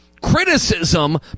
criticism